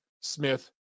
Smith